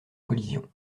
collision